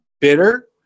bitter